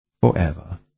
forever